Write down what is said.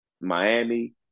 Miami